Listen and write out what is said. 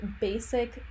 basic